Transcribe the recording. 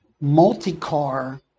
multi-car